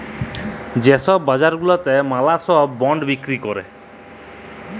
যে ছব বাজার গুলাতে ম্যালা ছব বল্ড বিক্কিরি ক্যরে